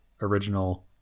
original